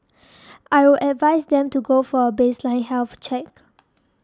I would advise them to go for baseline health check